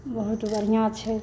बहुत बढ़िऑं छै